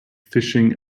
fishing